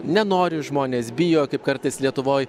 nenori žmonės bijo kaip kartais lietuvoj